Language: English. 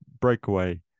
breakaway